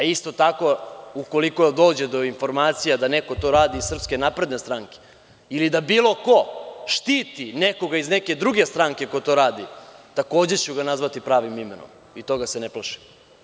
Isto tako ukoliko dođe do informacija da neko to radi iz SNS ili da bilo ko štiti nekoga iz neke druge stranke ko to radi, takođe ću ga nazvati pravim imenom i toga se ne plašim.